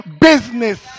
business